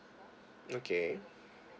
okay